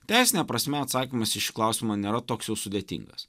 teisine prasme atsakymas į šį klausimą nėra toks jau sudėtingas